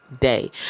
day